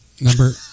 number